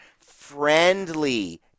friendly